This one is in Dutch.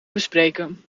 bespreken